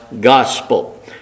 gospel